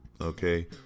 Okay